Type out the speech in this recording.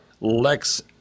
Lex